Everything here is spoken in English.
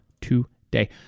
today